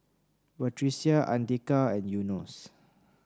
Batrisya Andika and Yunos